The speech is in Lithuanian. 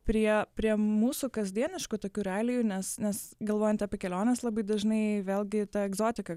prie prie mūsų kasdieniškų tokių realijų nes nes galvojant apie keliones labai dažnai vėlgi ta egzotika